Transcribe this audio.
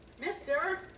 Mister